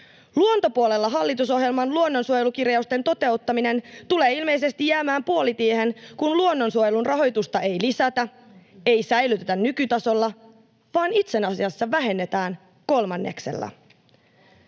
Luontopuolella hallitusohjelman luonnonsuojelukirjausten toteuttaminen tulee ilmeisesti jäämään puolitiehen, kun luonnonsuojelun rahoitusta ei lisätä, ei säilytetä nykytasolla, vaan itse asiassa vähennetään kolmanneksella.